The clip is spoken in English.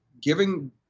giving